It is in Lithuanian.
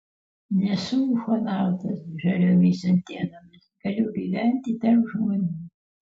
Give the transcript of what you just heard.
nesu ufonautas žaliomis antenomis galiu gyventi tarp žmonių